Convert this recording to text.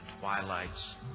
twilight's